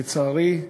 לצערי,